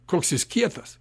koks jis kietas